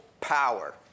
Power